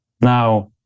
Now